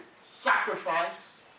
sacrifice